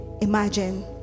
imagine